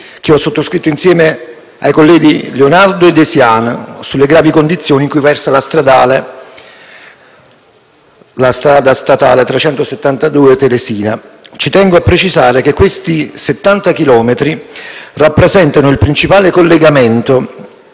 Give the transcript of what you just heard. che ho sottoscritto insieme ai colleghi Lonardo e De Siano, sulle gravi condizioni in cui versa la strada statale 372 Telesina. Ci tengo a precisare che i settanta chilometri in questione rappresentano il principale collegamento